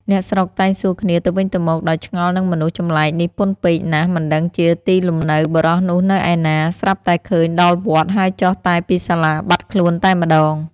អ្នកស្រុកតែងសួរគ្នាទៅវិញទៅមក ដោយឆ្ងល់នឹងមនុស្សចម្លែកនេះពន់ពេកណាស់ មិនដឹងជាទីលំនៅបុរសនោះនៅឯណា ស្រាប់តែឃើញដល់វត្ត ហើយចុះតែពីសាលាបាត់ខ្លួនតែម្ដង ។